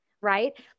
right